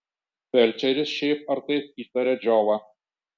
felčeris šiaip ar taip įtaria džiovą